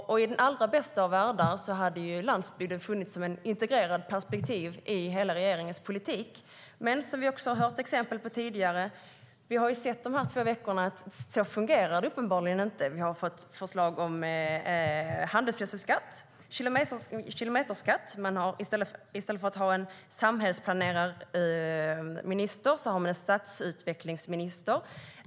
I den allra bästa av världar hade landsbygden funnits som ett integrerat perspektiv i regeringens hela politik. De här två veckorna har vi dock sett exempel på att så fungerar det uppenbarligen inte. Vi har fått förslag om handelsgödselskatt och kilometerskatt. I stället för att ha en samhällsplaneringsminister har man en stadsutvecklingsminister.